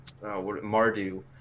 Mardu